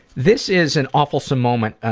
this is an awfulsome moment